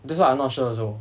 that's why I'm not sure also